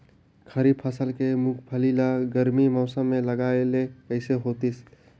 खरीफ फसल के मुंगफली ला गरमी मौसम मे लगाय ले कइसे होतिस?